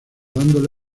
dándole